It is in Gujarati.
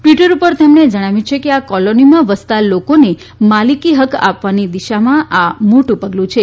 ટ્વીટર ઉપર તેમણે જણાવ્યું છે કે આ કોલોનીમાં વસતા લોકોને માલીકી હક આપવાની દિશામાં આ મોટુ પગલું છે